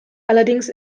allerdings